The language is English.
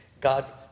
God